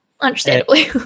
understandably